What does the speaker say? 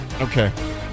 Okay